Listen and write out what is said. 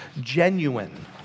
genuine